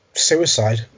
suicide